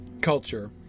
culture